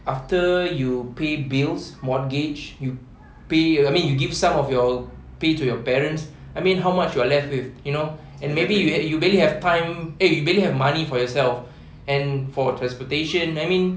after you pay bills mortgage you pay I mean you give some of your pay to your parents I mean how much you're left with you know and maybe you you barely have time eh you barely have money for yourself and for transportation I mean